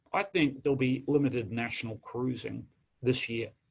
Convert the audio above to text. i think there'll be limited national cruising this year.